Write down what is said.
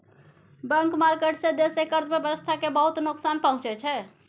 black market सँ देशक अर्थव्यवस्था केँ बहुत नोकसान पहुँचै छै